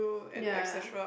ya